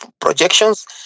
projections